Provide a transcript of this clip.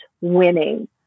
winning